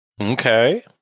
Okay